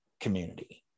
community